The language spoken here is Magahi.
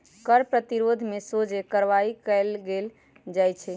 कर प्रतिरोध में सोझे कार्यवाही कएल जाइ छइ